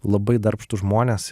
labai darbštūs žmonės